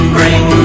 Bring